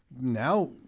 Now